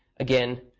again,